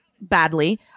badly